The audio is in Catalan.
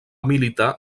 militar